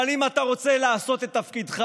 אבל אם אתה רוצה לעשות את תפקידך,